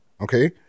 okay